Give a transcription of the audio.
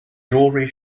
jewelery